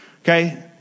okay